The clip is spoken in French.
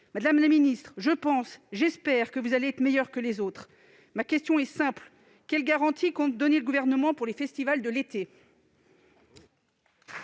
Madame la ministre, je pense, j'espère que vous allez être meilleure que les autres. Ma question est simple : quelles garanties le Gouvernement compte-t-il donner pour les festivals de l'été ?